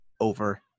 over